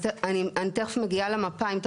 אני יכולה להגיד שבפרויקטים שלנו